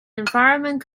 environment